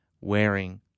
wearing